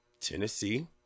Tennessee